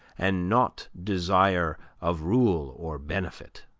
and not desire of rule or benefit.